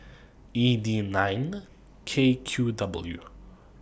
E D nine K Q W